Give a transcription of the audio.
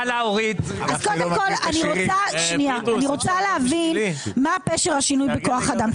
אז קודם כל אני רוצה להבין מה פשר השינוי בכוח האדם,